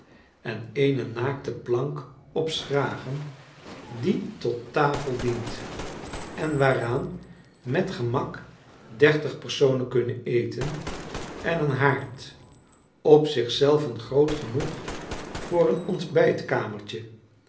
en eene naakte plank op schragen die tot tafel dient enwaaraan met gemak dertig personen kunnen eten en een haard op zich zelven groot genoeg voor een